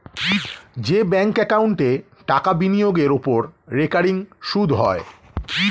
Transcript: যে ব্যাঙ্ক একাউন্টে টাকা বিনিয়োগের ওপর রেকারিং সুদ হয়